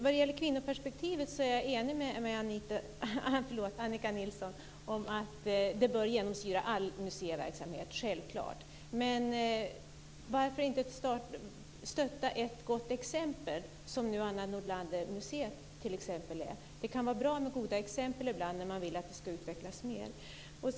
Jag är självklart enig med Annika Nilsson om att kvinnoperspektivet bör genomsyra all museiverksamhet. Men varför inte stötta ett gott exempel, t.ex. Anna Nordlander-museet? Det kan vara bra med goda exempel när man vill att det ska utvecklas mer.